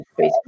Facebook